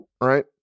right